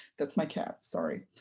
that's my cat. sorry.